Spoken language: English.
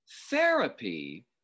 Therapy